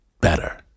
better